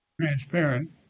transparent